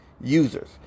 users